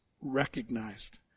recognized